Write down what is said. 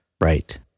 right